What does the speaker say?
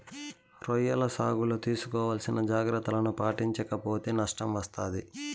రొయ్యల సాగులో తీసుకోవాల్సిన జాగ్రత్తలను పాటించక పోతే నష్టం వస్తాది